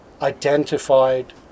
identified